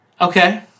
Okay